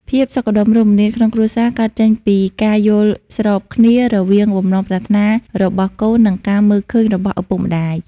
ភាពសុខដុមរមនាក្នុងគ្រួសារកើតចេញពីការយល់ស្របគ្នា រវាងបំណងប្រាថ្នារបស់កូន និងការមើលឃើញរបស់ឪពុកម្ដាយ។